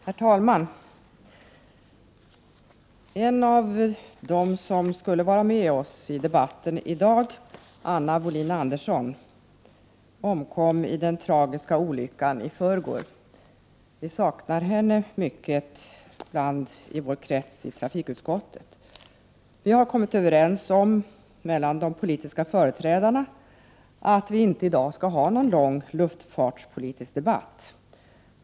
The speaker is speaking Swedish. Herr talman! En av dem som skulle vara med oss i debatten i dag, Anna Wohlin-Andersson, omkom i den tragiska olyckan i förrgår. Vi saknar henne mycket i vår krets i trafikutskottet. Vi har kommit överens om mellan partiernas företrädare att vi inte i dag skall ha någon lång luftfartspolitisk debatt.